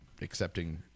accepting